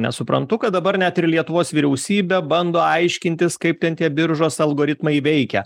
nesuprantu kad dabar net ir lietuvos vyriausybė bando aiškintis kaip ten tie biržos algoritmai veikia